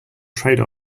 trade